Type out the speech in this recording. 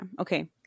Okay